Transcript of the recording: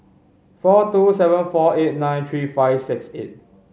four two seven four eight nine three five six eight